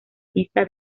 pista